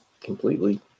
completely